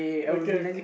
okay okay